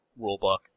rulebook